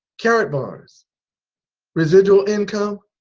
karatkbars residual income,